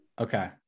Okay